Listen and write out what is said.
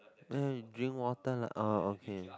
um you drink water lah orh okay